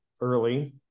early